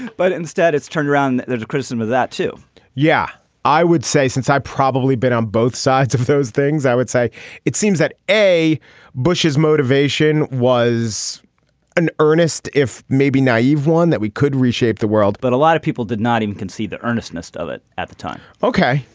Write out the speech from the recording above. but instead it's turned around. there's a criticism of that too yeah i would say since i probably been on both sides of those things i would say it seems that a bush's motivation was an earnest if maybe naive one that we could reshape the world but a lot of people did not even concede the earnestness of it at the time ok.